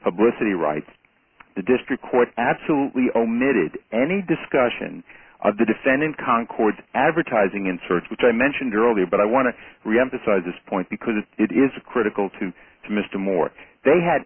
publicity rights the district court absolutely omitted any discussion of the defendant concord advertising inserts which i mentioned earlier but i want to reemphasize this point because if it is critical to mr moore they had